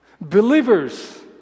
Believers